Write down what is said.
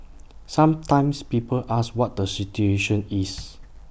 sometimes people ask what the situation is